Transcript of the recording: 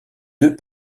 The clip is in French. deux